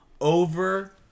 over